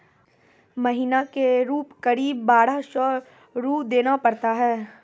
महीना के रूप क़रीब बारह सौ रु देना पड़ता है?